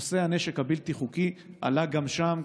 נושא הנשק הבלתי-חוקי עלה גם שם,